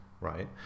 right